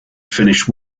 finished